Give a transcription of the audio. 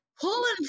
Pulling